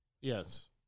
Yes